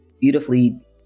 beautifully